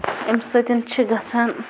اَمہِ سۭتۍ چھِ گژھان